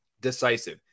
decisive